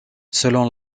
selon